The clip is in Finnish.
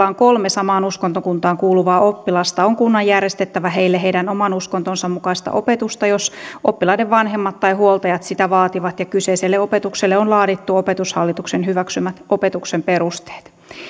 on kolme samaan uskontokuntaan kuuluvaa oppilasta on kunnan järjestettävä heille heidän oman uskontonsa mukaista opetusta jos oppilaiden vanhemmat tai huoltajat sitä vaativat ja kyseiselle opetukselle on laadittu opetushallituksen hyväksymät opetuksen perusteet